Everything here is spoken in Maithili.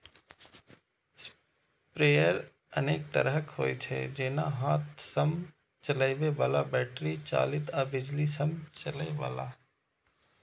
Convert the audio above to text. स्प्रेयर अनेक तरहक होइ छै, जेना हाथ सं चलबै बला, बैटरी चालित आ बिजली सं चलै बला